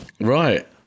Right